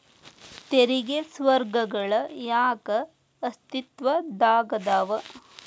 ತೆರಿಗೆ ಸ್ವರ್ಗಗಳ ಯಾಕ ಅಸ್ತಿತ್ವದಾಗದವ